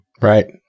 Right